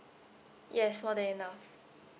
yes more than enough